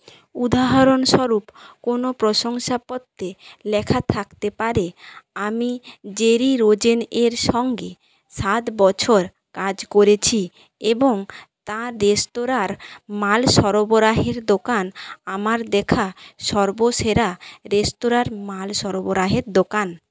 উদাহরণস্বরূপ কোনো প্রশংসাপত্রে লেখা থাকতে পারে আমি জেরি রোজেন এর সঙ্গে সাত বছর কাজ করেছি এবং তার রেস্তোরাঁর মাল সরবরাহের দোকান আমার দেখা সর্বসেরা রেস্তোরাঁর মাল সরবরাহের দোকান